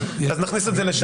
אז נכניס את זה לשם.